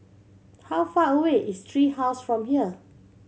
how far away is Tree House from here